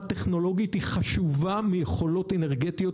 טכנולוגית היא חשוב מיכולות אנרגטיות,